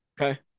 okay